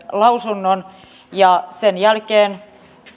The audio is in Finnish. lausunnon sen jälkeen